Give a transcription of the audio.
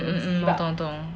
mm mm mm 我懂我懂